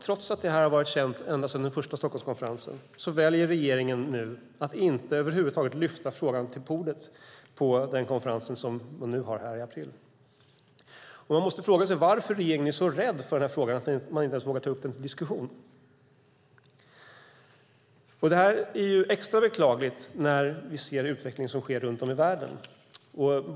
Trots att detta har varit känt ända sedan den första Stockholmskonferensen väljer regeringen nu att över huvud taget inte lyfta frågan till bordet vid den konferens som ska hållas i april. Man måste fråga sig varför regeringen är så rädd för frågan att man inte ens vågar ta upp den till diskussion. Det är extra beklagligt när vi ser den utveckling som sker runt om i världen.